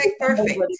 perfect